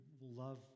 love